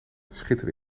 schitterde